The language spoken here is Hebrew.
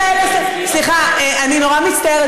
סליחה, אני נורא מצטערת.